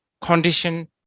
condition